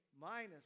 minus